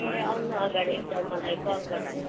ए आउनु अगाडि एकताल मलाई कल गर्नुहोस् न